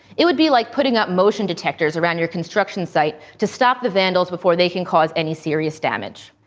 it would be like putting up motion detectors around your construction site to stop the vandals before they can cause any serious damage.